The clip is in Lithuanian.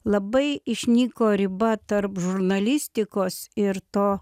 labai išnyko riba tarp žurnalistikos ir to